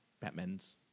Batman's